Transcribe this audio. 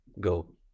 go